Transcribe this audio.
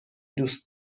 دوست